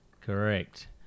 Correct